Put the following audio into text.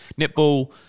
netball